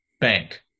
bank